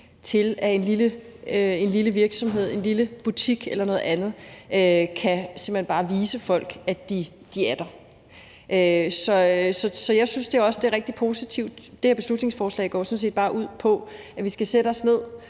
til, at en lille virksomhed, en lille butik eller noget andet kan vise folk, at de simpelt hen er der. Så jeg synes også, at det er rigtig positivt. Det her beslutningsforslag går jo sådan set bare ud på, at vi skal sætte os ned